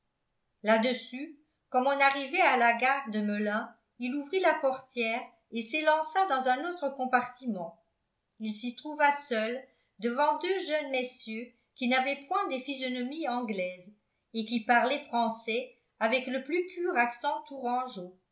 là-dessus comme on arrivait à la gare de melun il ouvrit la portière et s'élança dans un autre compartiment il s'y trouva seul devant deux jeunes messieurs qui n'avaient point des physionomies anglaises et qui parlaient français avec le plus pur accent tourangeau